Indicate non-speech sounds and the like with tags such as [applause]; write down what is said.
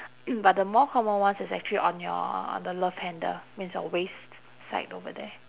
[noise] but the more common ones is actually on your on the love handle means your waist side over there